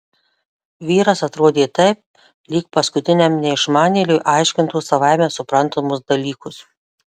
vyras atrodė taip lyg paskutiniam neišmanėliui aiškintų savaime suprantamus dalykus